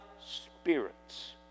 spirits